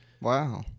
Wow